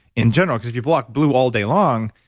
in general, because if you block blue all day long,